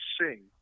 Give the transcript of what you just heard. sing